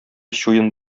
чуен